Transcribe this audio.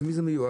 למי זה מיועד,